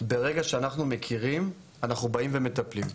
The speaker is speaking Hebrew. ברגע שאנחנו מכירים אנחנו באים ומטפלים.